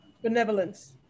Benevolence